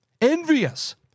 envious